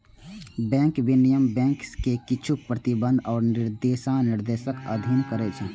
bank विनियमन bank कें किछु प्रतिबंध आ दिशानिर्देशक अधीन करै छै